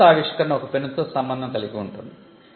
ప్రస్తుత ఆవిష్కరణ ఒక పెన్నుతో సంబంధం కలిగి ఉంటుంది